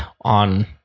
on